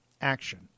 Action